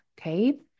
okay